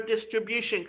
distribution